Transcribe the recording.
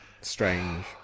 Strange